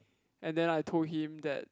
and then I told him that